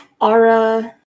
Ara